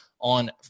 on